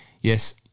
Yes